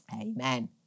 Amen